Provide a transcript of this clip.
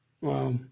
Wow